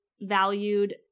valued